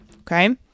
Okay